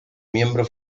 miembro